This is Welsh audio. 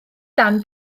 dan